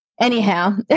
Anyhow